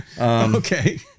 Okay